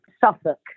Suffolk